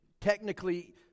technically